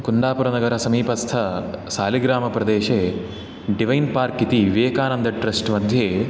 कुन्दापुरनगरसमीपस्थसालिग्रामप्रदेशे divine park इति Vivekananda trust मध्ये